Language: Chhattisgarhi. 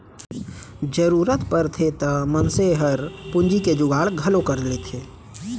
जरूरत परथे त मनसे हर पूंजी के जुगाड़ घलौ कर लेथे